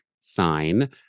sign